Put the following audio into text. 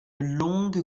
longue